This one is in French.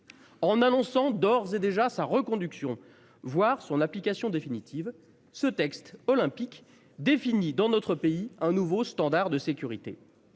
En annonçant d'ores et déjà sa reconduction, voire son application définitive ce texte olympique défini dans notre pays un nouveau standard de sécurité